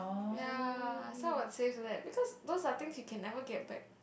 ya so I would save that because those are things you can never get back